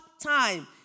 time